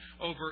over